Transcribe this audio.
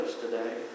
today